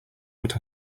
what